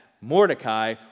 Mordecai